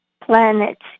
planets